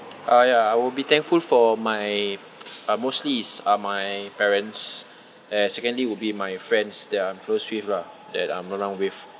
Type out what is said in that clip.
ah ya I will be thankful for my uh mostly is are my parents and secondly would be my friends that I'm close with lah that I'm around with